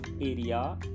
area